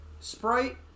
Sprite